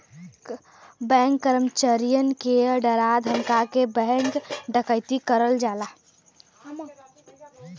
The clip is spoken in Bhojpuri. बैंक कर्मचारियन के डरा धमका के बैंक डकैती करल जाला